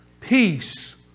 peace